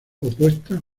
opuestas